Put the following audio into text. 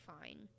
fine